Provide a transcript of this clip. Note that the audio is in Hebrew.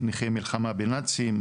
נכי מלחמה בנאצים,